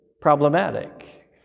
problematic